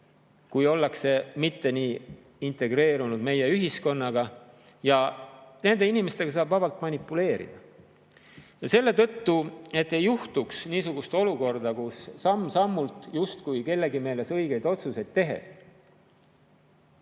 kui ollakse mitte nii integreerunud meie ühiskonnaga. Siis saab nende inimestega vabalt manipuleerida. Et ei juhtuks niisugust olukorda, kus samm-sammult justkui kellegi meelest õigeid otsuseid tehes